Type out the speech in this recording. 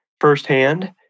firsthand